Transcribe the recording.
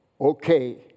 okay